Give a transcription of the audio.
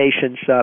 patients